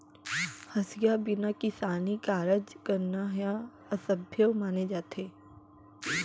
हँसिया बिना किसानी कारज करना ह असभ्यो माने जाथे